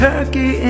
Turkey